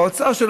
האוצר,